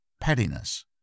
pettiness